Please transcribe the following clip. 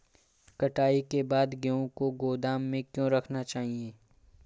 कटाई के बाद गेहूँ को गोदाम में क्यो रखना चाहिए?